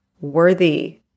worthy